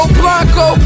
blanco